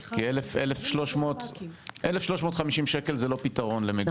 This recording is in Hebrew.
1,350 שקל זה לא פתרון למגורים.